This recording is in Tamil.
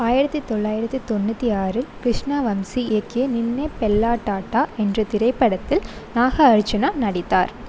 ஆயிரத்து தொள்ளாயிரத்து தொண்ணுற்றி ஆறில் கிருஷ்ணவம்சி இயக்கிய நின்னே பெல்லாடாட்டா என்ற திரைப்படத்தில் நாகார்ஜுனா நடித்தார்